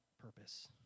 purpose